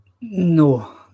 no